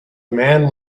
man